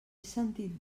sentit